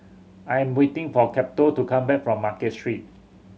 I am waiting for Cato to come back from Market Street